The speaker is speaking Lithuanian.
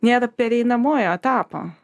nėra pereinamojo etapo